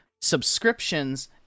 subscriptions